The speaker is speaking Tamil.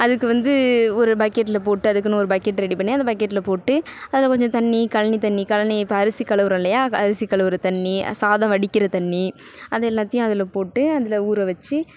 அதுக்கு வந்து ஒரு பக்கெட்டில் போட்டு அதுக்குன்னு ஒரு பக்கெட் ரெடி பண்ணி அந்த பக்கெட்டில் போட்டு அதில் கொஞ்சம் தண்ணி கழனி தண்ணி கழனி இப்போ அரிசி கழுவுகிறோம் இல்லையா அரிசி கழுவுகிற தண்ணி சாதம் வடிக்கிற தண்ணி அது எல்லாத்தையும் அதில் போட்டு அதில் ஊற வச்சு